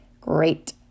great